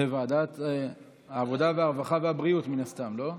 בוועדת העבודה, הרווחה והבריאות, מן הסתם, לא?